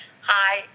Hi